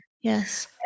yes